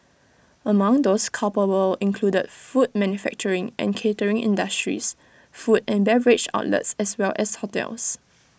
among those culpable included food manufacturing and catering industries food and beverage outlets as well as hotels